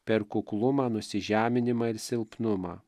per kuklumą nusižeminimą ir silpnumą